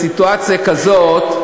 בסיטואציה כזאת,